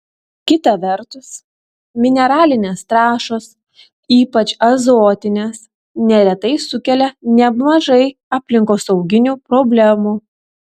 kita vertus mineralinės trąšos ypač azotinės neretai sukelia nemažai aplinkosauginių problemų